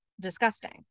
disgusting